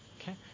Okay